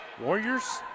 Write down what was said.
Warriors